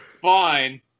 fine